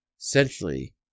Essentially